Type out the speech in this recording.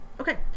Okay